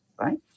right